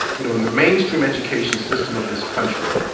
you know in the mainstream education system of this country,